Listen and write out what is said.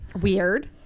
Weird